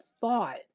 thought